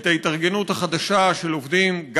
ההתארגנות החדשה של עובדים,